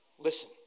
Listen